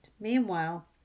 Meanwhile